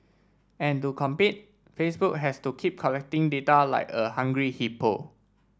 and to compete Facebook has to keep collecting data like a hungry hippo